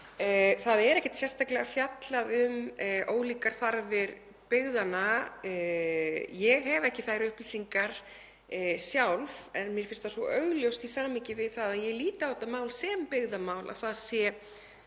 Það er ekkert sérstaklega fjallað um ólíkar þarfir byggðanna. Ég hef ekki þær upplýsingar sjálf en mér finnst það svo augljóst, í samhengi við að ég lít á þetta mál sem byggðamál, að það sé